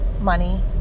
money